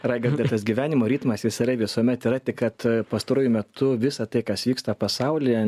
raigardai tas gyvenimo ritmas jis yra visuomet yra tik kad pastaruoju metu visa tai kas vyksta pasaulyje